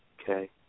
okay